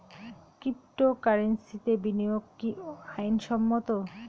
ক্রিপ্টোকারেন্সিতে বিনিয়োগ কি আইন সম্মত?